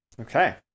Okay